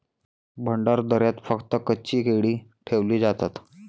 भंडारदऱ्यात फक्त कच्ची केळी ठेवली जातात